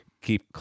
keep